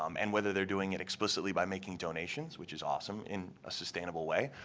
um and whether they are doing it explicitly by making donations which is awesome in a sustainable way.